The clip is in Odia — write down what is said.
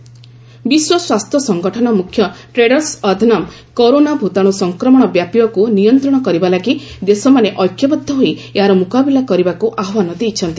ଡବ୍ୟୁଏଚ୍ଓ କରୋନା ଭାଇରସ ବିଶ୍ୱ ସ୍ୱାସ୍ଥ୍ୟ ସଂଗଠନ ମୁଖ୍ୟ ଟେଡ୍ରସ ଅଧନମ କରୋନା ଭୂତାଣୁ ସଂକ୍ରମଣ ବ୍ୟାପିବାକୁ ନିୟନ୍ତ୍ରଣ କରିବା ଲାଗି ଦେଶମାନେ ଐକ୍ୟବଦ୍ଧ ହୋଇ ଏହାର ମୁକାବିଲା କରିବାକୁ ଆହ୍ୱାନ ଦେଇଛନ୍ତି